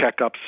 checkups